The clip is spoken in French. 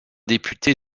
députés